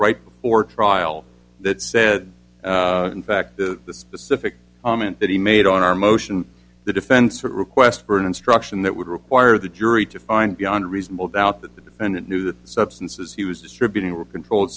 right before trial that said in fact the specific comment that he made on our motion the defense request for an instruction that would require the jury to find beyond reasonable doubt that the defendant knew that substances he was distributing were controlled